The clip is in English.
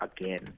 again